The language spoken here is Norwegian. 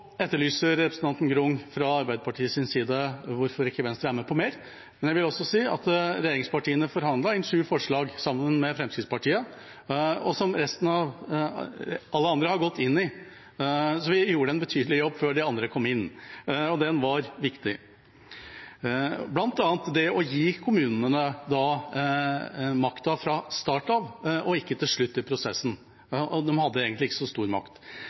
etterlyser representanten Grung fra Arbeiderpartiets side hvorfor Venstre ikke er med på mer. Regjeringspartiene forhandlet inn sju forslag sammen med Fremskrittspartiet. De har alle andre gått inn i, så vi gjorde en betydelig jobb før de andre kom inn, og den var viktig, bl.a. det å gi kommunene makt fra starten av og ikke til slutt i prosessen. De hadde egentlig ikke så stor makt.